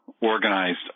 organized